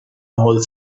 هول